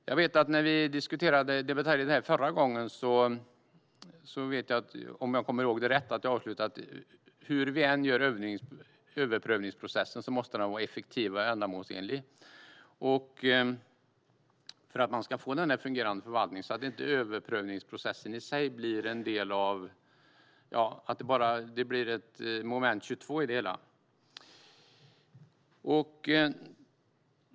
När vi förra gången diskuterade betänkandet, om jag kommer ihåg det rätt, slutade vi i att hur vi än gör överprövningsprocessen måste den vara effektiv och ändamålsenlig för att man ska få en fungerande förvaltning. Överprövningsprocessen får inte i sig bli ett moment 22 i det hela.